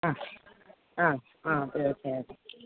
ആ ആ ആ തീർച്ചയായിട്ടും